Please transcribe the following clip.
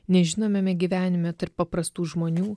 nežinomame gyvenime tarp paprastų žmonių